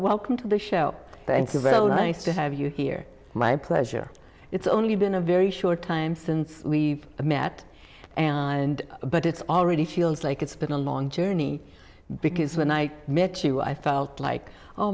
welcome to the show thank you very nice to have you here my pleasure it's only been a very short time since we met and but it's already feels like it's been a long journey because when i met you i felt like oh